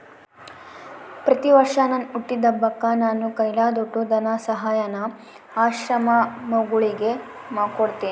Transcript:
ಪ್ರತಿವರ್ಷ ನನ್ ಹುಟ್ಟಿದಬ್ಬಕ್ಕ ನಾನು ಕೈಲಾದೋಟು ಧನಸಹಾಯಾನ ಆಶ್ರಮಗುಳಿಗೆ ಕೊಡ್ತೀನಿ